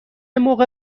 موقع